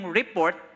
report